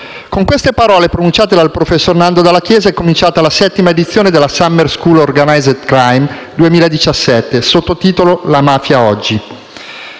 Con queste parole, pronunciate dal professor Nando dalla Chiesa, è cominciata la settima edizione della Summer school organized crime 2017, con il sottotitolo: «La mafia oggi».